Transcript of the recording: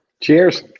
Cheers